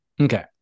Okay